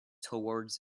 towards